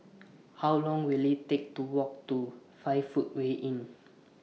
How Long Will IT Take to Walk to five Footway Inn